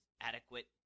adequate